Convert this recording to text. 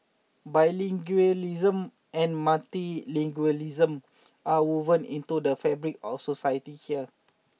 bilingualism and multilingualism are woven into the fabric of society here